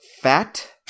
Fat